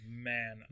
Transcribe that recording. man